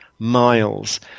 miles